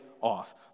off